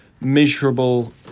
miserable